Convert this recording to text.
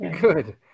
good